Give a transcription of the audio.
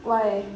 why